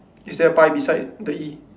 is there a pie beside the